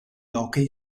hockey